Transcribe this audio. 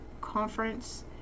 Conference